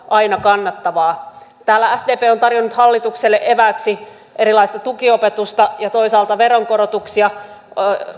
aina kannattavaa täällä sdp on on tarjonnut hallitukselle evääksi erilaista tukiopetusta ja toisaalta veronkorotuksia